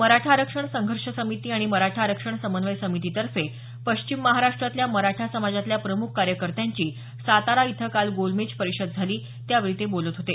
मराठा आरक्षण संघर्ष समिती आणि मराठा आरक्षण समन्वय समितीतर्फे पश्चिम महाराष्ट्रातल्या मराठा समाजातल्या प्रमुख कायेकत्यांची सातारा इथं काल गोलमेज परिषद झाली त्यावेळी ते बोलत होते